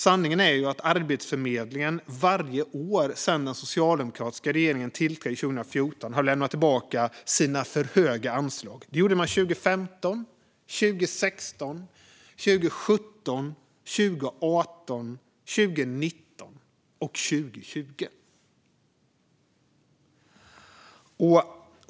Sanningen är att Arbetsförmedlingen varje år sedan den socialdemokratiska regeringen tillträdde 2014 har lämnat tillbaka sina för höga anslag. Det gjorde man 2015, 2016, 2017, 2018, 2019 och 2020.